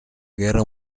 guerra